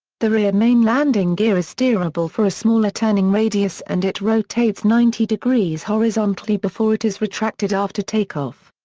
the rear main landing gear is steerable for a smaller turning radius and it rotates ninety degrees horizontally before it is retracted after takeoff.